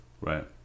right